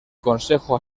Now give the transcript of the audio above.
consejo